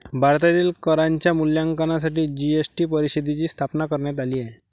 भारतातील करांच्या मूल्यांकनासाठी जी.एस.टी परिषदेची स्थापना करण्यात आली आहे